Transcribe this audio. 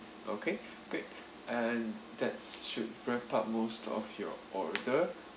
okay great and that's should wrap up most of your order